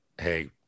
hey